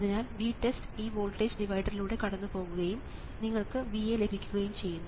അതിനാൽ VTEST ഈ voltage ഡിവൈഡറിലൂടെ കടന്നുപോകുകയും നിങ്ങൾക്ക് VA ലഭിക്കുകയും ചെയ്യുന്നു